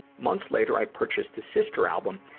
months later, i purchased the sister album,